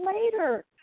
later